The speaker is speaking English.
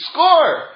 Score